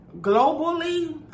Globally